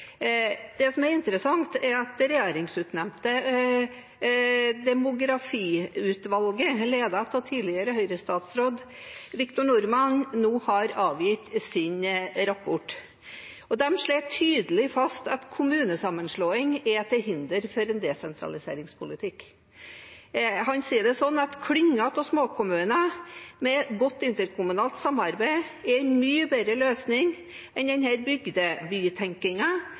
Det som er interessant, er at det regjeringsoppnevnte demografiutvalget, ledet av tidligere Høyre-statsråd Victor Norman, nå har avgitt sin rapport. De slår tydelig fast at kommunesammenslåing er til hinder for en desentraliseringspolitikk. Han sier at klynger av småkommuner med godt interkommunalt samarbeid er en mye bedre løsning enn